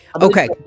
Okay